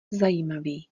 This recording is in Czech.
zajímavý